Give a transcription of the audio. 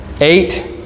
Eight